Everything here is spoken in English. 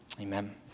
Amen